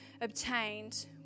obtained